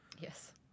Yes